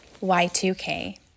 Y2K